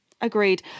Agreed